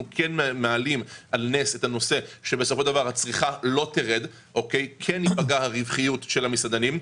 אנחנו מעלים על נס את הנושא שהצריכה לא תרד אבל הרווחיות תרד.